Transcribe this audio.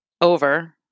over